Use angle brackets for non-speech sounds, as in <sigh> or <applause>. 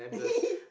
<laughs>